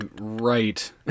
right